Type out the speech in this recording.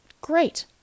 great